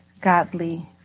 godly